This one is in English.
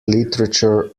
literature